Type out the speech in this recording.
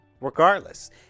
Regardless